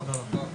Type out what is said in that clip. לא.